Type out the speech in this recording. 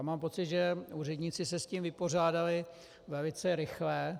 Mám pocit, že úředníci se s tím vypořádali velice rychle.